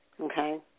Okay